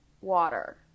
water